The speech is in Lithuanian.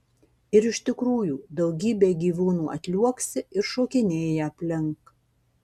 ir iš tikrųjų daugybė gyvūnų atliuoksi ir šokinėja aplink